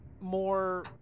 more